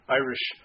Irish